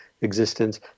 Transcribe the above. existence